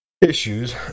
issues